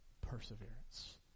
perseverance